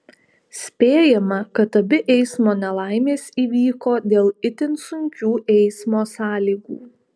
spėjama kad abi eismo nelaimės įvyko dėl itin sunkių eismo sąlygų